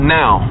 now